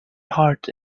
heart